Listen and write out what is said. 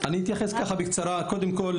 קודם כול,